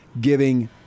giving